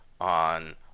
on